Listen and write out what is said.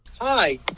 hi